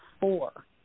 four